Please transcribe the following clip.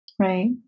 Right